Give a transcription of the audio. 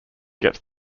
gets